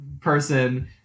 person